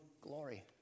glory